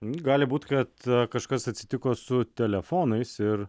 gali būt kad kažkas atsitiko su telefonais ir